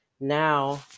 now